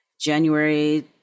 January